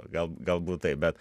gal galbūt taip bet